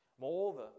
Moreover